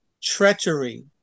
Treachery